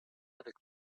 avec